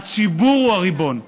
הציבור הוא הריבון.